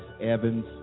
Evans